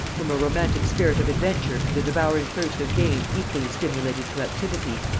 whom a romantic spirit of adventure and a devouring thirst of gain equally stimulated to activity,